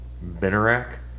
Benarac